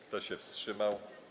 Kto się wstrzymał?